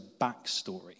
backstory